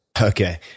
Okay